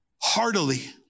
heartily